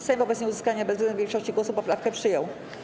Sejm wobec nieuzyskania bezwzględnej większości głosów poprawkę przyjął.